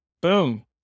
boom